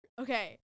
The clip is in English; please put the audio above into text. okay